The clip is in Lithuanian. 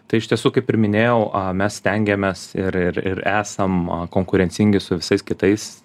tai iš tiesų kaip ir minėjau mes stengiamės ir ir ir esam konkurencingi su visais kitais